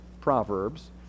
proverbs